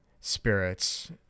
spirits